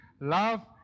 Love